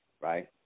right